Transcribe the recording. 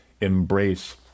embrace